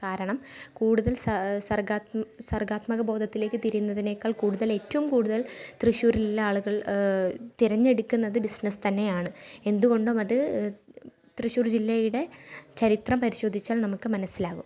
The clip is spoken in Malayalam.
കാരണം കൂടുതൽ സ സർഗ്ഗാത് സർഗ്ഗാത്മകത ബോധത്തിലേക്ക് തിരിയുന്നതിനേക്കാൾ കൂടുതൽ ഏറ്റവും കൂടുതൽ തൃശ്ശൂരിലുള്ള ആളുകൾ തിരഞ്ഞടുക്കുന്നത് ബിസിനസ്സ് തന്നെയാണ് എന്തുകൊണ്ടുമത് തൃശ്ശൂർ ജില്ലയുടെ ചരിത്രം പരിശോധിച്ചാൽ നമുക്ക് മനസ്സിലാകും